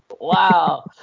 Wow